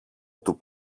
του